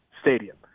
stadium